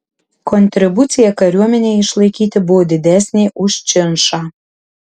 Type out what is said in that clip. kontribucija kariuomenei išlaikyti buvo didesnė už činšą